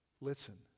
listen